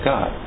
God